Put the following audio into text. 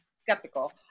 skeptical